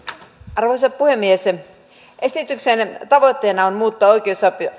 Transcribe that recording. arvoisa puhemies esityksen tavoitteena on muuttaa